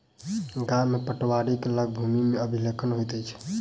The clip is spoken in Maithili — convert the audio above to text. गाम में पटवारीक लग भूमि के अभिलेख होइत अछि